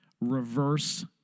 reverse